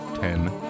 ten